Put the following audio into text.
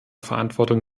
verantwortung